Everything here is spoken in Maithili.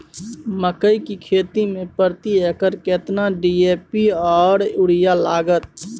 मकई की खेती में प्रति एकर केतना डी.ए.पी आर यूरिया लागत?